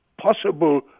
possible